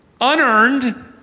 unearned